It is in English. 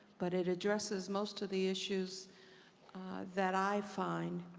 but it addresses most of the issues that i find,